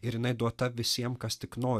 ir jinai duota visiem kas tik nori